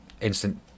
instant